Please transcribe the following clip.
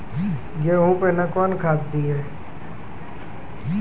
गेहूँ पहने कौन खाद दिए?